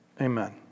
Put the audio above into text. Amen